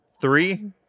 three